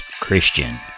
Christian